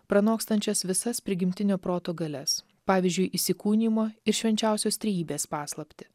pranokstančias visas prigimtinio proto galias pavyzdžiui įsikūnijimo ir švenčiausios trejybės paslaptį